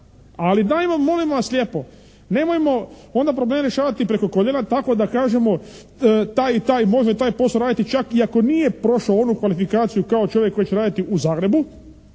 ali dajmo molim vas lijepo nemojmo onda probleme rješavati preko …/Govornik se ne razumije./… tako da kažemo taj i taj može taj posao raditi čak iako nije prošao onu kvalifikaciju kao čovjek koji će raditi u Zagrebu,